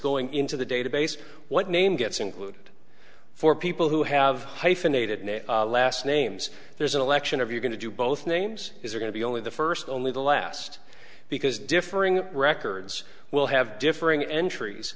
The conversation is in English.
going into the database what name gets included for people who have hyphenated name last names there's an election of you're going to do both names is going to be only the first only the last because differing records will have differing entries